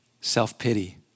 Self-pity